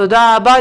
תודה רבה,